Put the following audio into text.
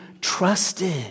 trusted